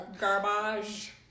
garbage